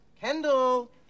Kendall